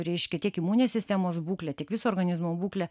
reiškia tiek imuninės sistemos būklę tiek viso organizmo būklę